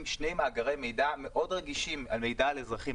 שני מאגרי מידע מאוד רגישים עם מידע על אזרחים,